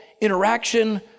interaction